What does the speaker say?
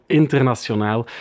internationaal